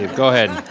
go ahead.